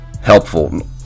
helpful